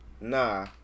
nah